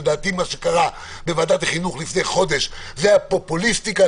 לדעתי מה שקרה בוועדת החינוך לפני חודש זה היה פופוליזם,